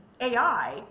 AI